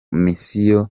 misiyo